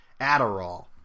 Adderall